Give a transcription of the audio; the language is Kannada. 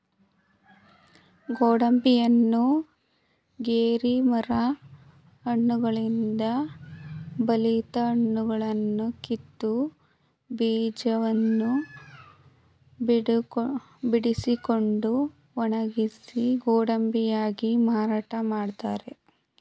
ಗೋಡಂಬಿಯನ್ನ ಗೇರಿ ಮರ ಹಣ್ಣುಗಳಿಂದ ಬಲಿತ ಹಣ್ಣುಗಳನ್ನು ಕಿತ್ತು, ಬೀಜವನ್ನು ಬಿಡಿಸಿಕೊಂಡು ಒಣಗಿಸಿ ಗೋಡಂಬಿಯಾಗಿ ಮಾರಾಟ ಮಾಡ್ತರೆ